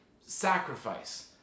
sacrifice